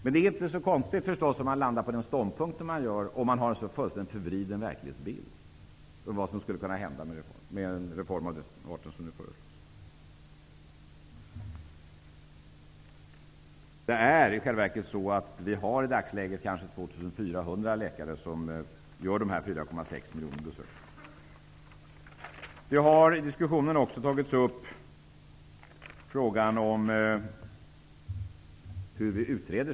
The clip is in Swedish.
Men det är förstås inte så konstigt att man kommer fram till den ståndpunkten om man har en fullständigt förvriden verklighetsbild när det gäller vad resultatet blir av den reform som nu föreslås. I dagsläget har vi i själva verket ca 2 400 läkare som får dessa 4,6 Frågan om hur vi utreder saker och ting i Sverige har också tagits upp i diskussionen.